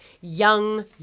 young